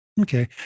Okay